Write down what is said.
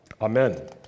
Amen